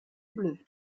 bleu